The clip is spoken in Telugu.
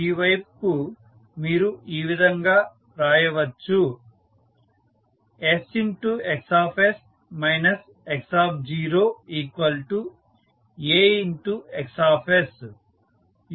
ఈ వైపుకు మీరు ఈ విధంగా రాయవచ్చు sXs x0AXs